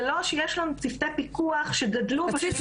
זה לא שיש לנו צוותי פיקוח שגדלו בשנים האחרונות מבחינת כוח אדם.